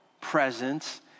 presence